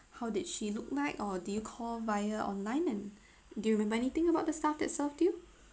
how did she look like or did you call via online and do you remember anything about the staff that served you